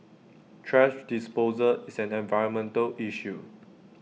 thrash disposal is an environmental issue